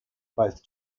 both